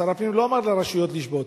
שר הפנים לא אמר לרשויות לשבות.